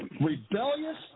rebellious